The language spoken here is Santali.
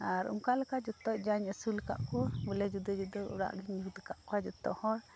ᱚᱱᱠᱟ ᱞᱮᱠᱟ ᱡᱚᱛᱚ ᱡᱟᱧ ᱟᱹᱥᱩᱞ ᱟᱠᱟᱫ ᱠᱚᱣᱟ ᱵᱚᱞᱮ ᱡᱩᱫᱟᱹ ᱡᱩᱫᱟᱹ ᱚᱲᱟᱜ ᱜᱮᱧ ᱡᱩᱛ ᱟᱠᱟᱫ ᱠᱚᱣᱟ ᱡᱚᱛᱚ ᱦᱚᱲ